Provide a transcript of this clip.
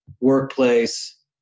Workplace